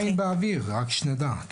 המעבר של הגיל הרך ממשרד הכלכלה למשרד